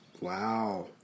Wow